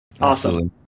Awesome